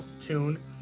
tune